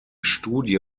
studie